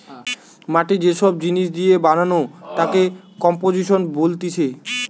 মাটি যে সব জিনিস দিয়ে বানানো তাকে কম্পোজিশন বলতিছে